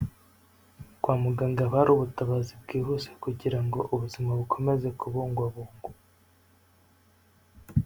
kwa muganga ha hari ubutabazi bwihuse kugira ngo ubuzima bukomeze kubungwabungwa.